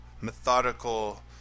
methodical